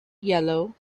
yellow